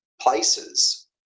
places